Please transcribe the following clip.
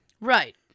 Right